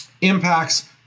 impacts